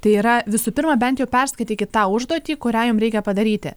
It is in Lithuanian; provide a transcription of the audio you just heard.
tai yra visų pirma bent jau perskaitykit tą užduotį kurią jum reikia padaryti